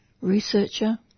researcher